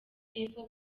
y’epfo